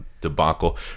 debacle